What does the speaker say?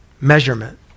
Measurement